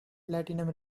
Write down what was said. platinum